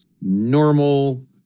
Normal